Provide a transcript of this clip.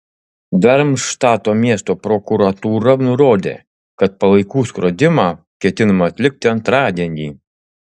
darmštato miesto prokuratūra nurodė kad palaikų skrodimą ketinama atlikti antradienį